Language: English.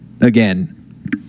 again